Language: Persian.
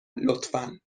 لطفا